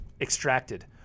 extracted